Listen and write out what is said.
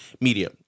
media